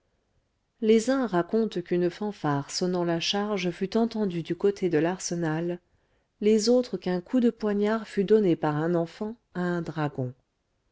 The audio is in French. les uns racontent qu'une fanfare sonnant la charge fut entendue du côté de l'arsenal les autres qu'un coup de poignard fut donné par un enfant à un dragon